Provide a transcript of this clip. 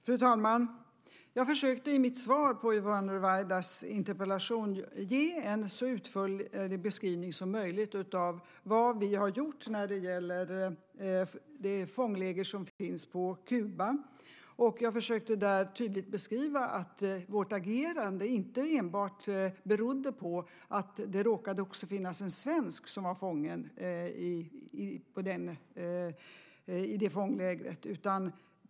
Fru talman! Jag försökte i mitt svar på Yvonne Ruwaidas interpellation ge en så utförlig beskrivning som möjligt av vad vi har gjort när det gäller det fångläger som finns på Kuba. Jag försökte där tydligt beskriva att vårt agerande inte enbart berodde på att det också råkade finnas en svensk som var fången i det fånglägret.